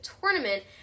tournament